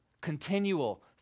continual